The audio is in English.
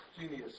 Genius